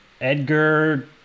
Edgar